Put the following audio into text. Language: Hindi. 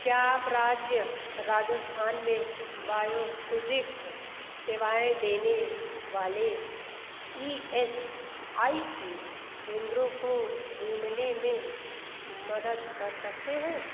क्या आप राज्य राजस्थान में बायोफ़िज़िक्स सेवाएँ देने वाले इ एस आई सी केंद्रों को ढूँढने में मदद कर सकते हैं